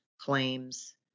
claims